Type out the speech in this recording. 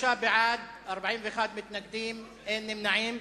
25 בעד, 41 מתנגדים, אין נמנעים.